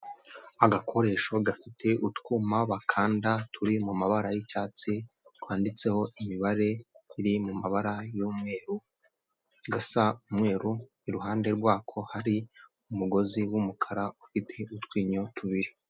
Agakoresho gafite utwuma bakanda turi mu mabara y'icyatsi, twanditseho imibare iri mu mabara y'umweru gasa umweru, iruhande rwako hari umugozi w'umukara ufite utwinyo tubiri.